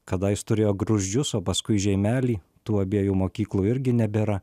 kadais turėjo gruzdžius o paskui žeimelį tų abiejų mokyklų irgi nebėra